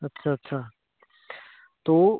अच्छा अच्छा तो